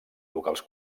locals